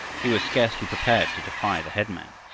he was scarcely prepared to defy the headman,